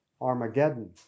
Armageddon